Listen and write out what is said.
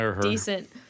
decent